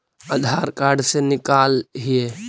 आधार card से निकाल हिऐ?